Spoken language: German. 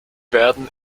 werden